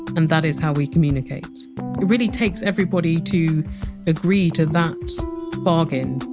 and that is how we communicate it really takes everybody to agree to that bargain,